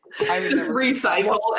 Recycle